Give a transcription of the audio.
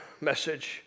message